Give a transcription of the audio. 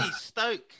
Stoke